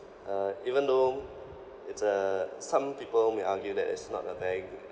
uh even though it's a some people may argue that it's not a very good